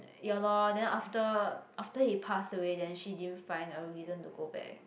ya lor then after after he pass away then she didn't find a reason to go back